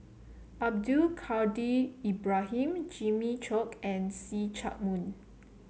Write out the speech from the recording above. Abdul Kadir Ibrahim Jimmy Chok and See Chak Mun